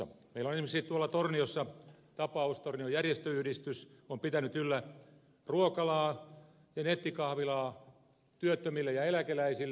meillä on esimerkiksi tuolla torniossa tapaus jossa tornion järjestöyhdistys on pitänyt yllä ruokalaa ja nettikahvilaa työttömille ja eläkeläisille